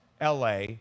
LA